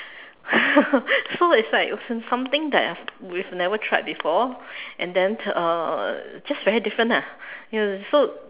so it's like something that I've we've never tried before and then uh just very different lah ya so